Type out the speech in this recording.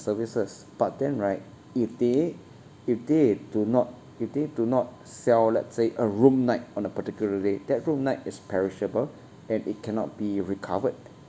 services but then right if they if they do not if they do not sell let's say a room night on a particular day that room night is perishable and it cannot be recovered